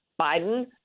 Biden